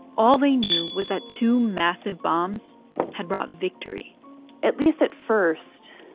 all they knew was that two massive bombs had brought victory at least at first,